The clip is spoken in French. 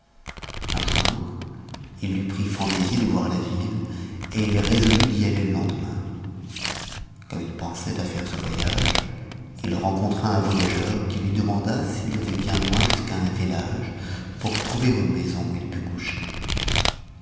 un jour il lui prit fantaisie de voir la ville et il résolut d'y aller le lendemain comme il pensait à faire ce voyage il rencontra un voyageur qui lui demanda s'il y avait bien loin jusqu'à un village pour trouver une maison où il pût coucher